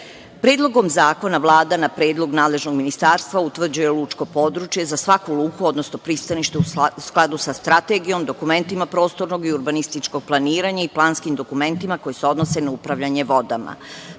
brodovima. Predlogom zakona Vlada, na predlog nadležnog ministarstva, utvrđuje lučko područje za svaku luku, odnosno pristanište u skladu sa strategijom i dokumentima prostornog i urbanističkog planiranja i planskim dokumentima koji se odnose na upravljanje